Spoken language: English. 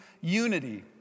unity